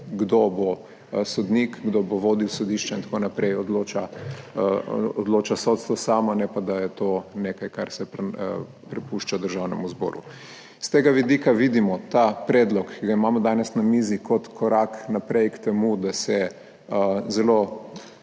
kdo bo sodnik, kdo bo vodil sodišča in tako naprej, odloča sodstvo samo, ne pa da je to nekaj, kar se prepušča Državnemu zboru. S tega vidika vidimo ta predlog, ki ga imamo danes na mizi, kot korak naprej k temu, da se zelo